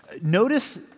Notice